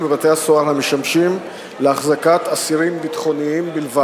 בבתי-הסוהר המשמשים להחזקת אסירים ביטחוניים בלבד,